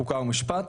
חוקה ומשפט.